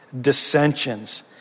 dissensions